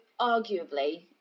arguably